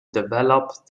develop